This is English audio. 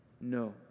No